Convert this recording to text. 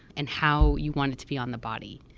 and how you want it to be on the body.